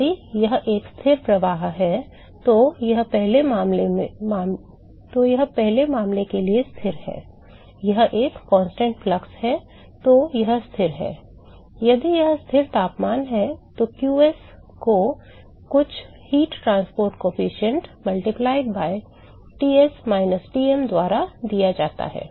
यदि यह एक स्थिर प्रवाह है तो यह पहले मामले के लिए स्थिर है यह एक स्थिर प्रवाह है तो यह स्थिर है यदि यह स्थिर तापमान है तो qs को कुछ ताप परिवहन गुणांक multiplied by Ts minus ™ द्वारा दिया जाता है